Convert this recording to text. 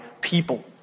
people